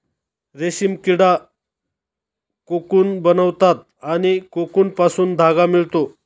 रेशीम किडा कोकून बनवतात आणि कोकूनपासून धागा मिळतो